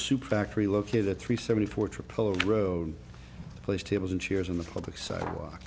soup factory located at three seventy four trippler road place tables and chairs in the public sidewalk